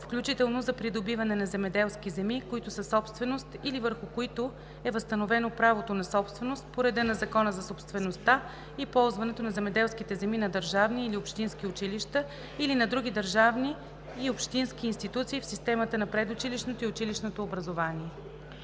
„включително за придобиване на земеделски земи, които са собственост или върху които е възстановено правото на собственост по реда на Закона за собствеността и ползването на земеделските земи на държавни или общински училища, или на други държавни и общински институции в системата на предучилищното и училищното образование“.“